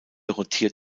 rotiert